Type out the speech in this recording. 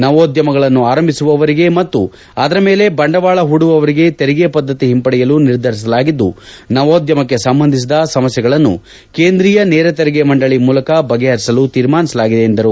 ನವೋದ್ಯಮಗಳನ್ನು ಆರಂಭಿಸುವವರಿಗೆ ಮತ್ತು ಅದರ ಮೇಲೆ ಬಂಡವಾಳ ಹೂಡುವವರಿಗೆ ತೆರಿಗೆ ಪದ್ದತಿ ಹಿಂಪಡೆಯಲು ನಿರ್ಧರಿಸಲಾಗಿದ್ದು ನವೋದ್ಯಮಕ್ಕೆ ಸಂಬಂಧಿಸಿದ ಸಮಸ್ನೆಗಳನ್ನು ಕೇಂದ್ರಿಯ ನೇರ ತೆರಿಗೆ ಮಂಡಳಿ ಮೂಲಕ ಬಗೆಹರಿಸಲು ತೀರ್ಮಾನಿಸಲಾಗಿದೆ ಎಂದರು